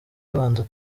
ibanza